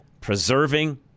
preserving